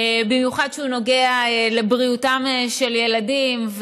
במיוחד כשהוא נוגע לבריאותם של ילדים.